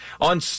On